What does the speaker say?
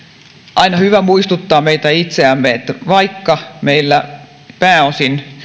aina hyvä muistuttaa meitä itseämme että vaikka meillä pääosa